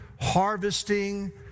harvesting